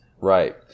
right